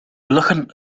lachen